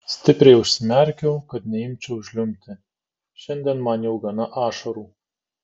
stipriai užsimerkiau kad neimčiau žliumbti šiandien man jau gana ašarų